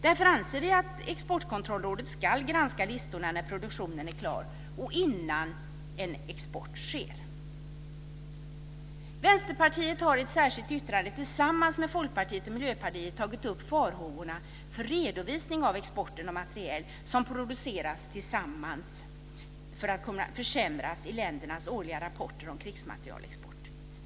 Därför anser vi att Exportkontrollrådet ska granska listorna när produktionen är klar och innan export sker. Vänsterpartiet har i ett särskilt yttrande tillsammans med Folkpartiet och Miljöpartiet tagit upp farhågorna för att redovisning av exporten av materiel som producerats tillsammans kommer att försämras i ländernas årliga rapporter om krigsmaterielexport.